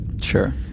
sure